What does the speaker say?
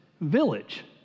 village